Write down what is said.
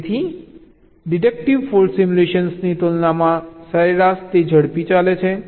તેથી deductive fault સિમ્યુલેશનની તુલનામાં સરેરાશ તે ઝડપી ચાલે છે